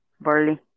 Barley